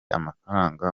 amafaranga